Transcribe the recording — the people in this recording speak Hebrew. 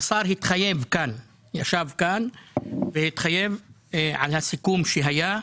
השר התחייב כאן על הסיכום שהיה.